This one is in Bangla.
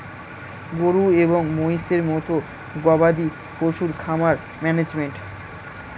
গরু এবং মহিষের মতো গবাদি পশুর খামার ম্যানেজমেন্ট